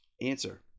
answer